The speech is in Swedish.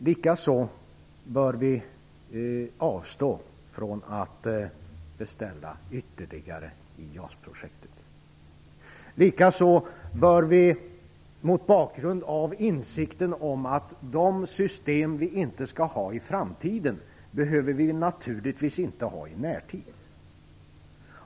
Likaså bör vi avstå från att göra ytterligare beställningar i JAS projektet. Likaså bör vi, mot bakgrund av insikten om vilka system vi inte skall ha i framtiden, slå fast att vi naturligtvis inte behöver dem i närtid.